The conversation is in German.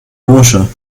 bursche